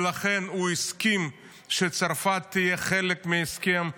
ולכן הוא הסכים שצרפת תהיה חלק מההסכם,